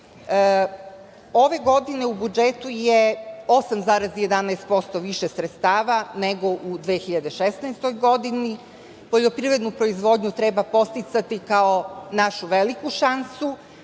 Ove godine u budžetu je 8,11% više sredstava nego u 2016. godini. Poljoprivrednu proizvodnju treba podsticati kao našu veliku šansu